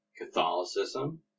Catholicism